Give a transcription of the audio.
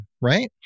right